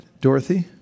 Dorothy